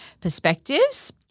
perspectives